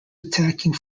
attacking